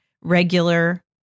regular